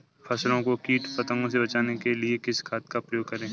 फसलों को कीट पतंगों से बचाने के लिए किस खाद का प्रयोग करें?